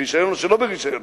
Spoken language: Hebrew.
ברשיון או שלא ברשיון,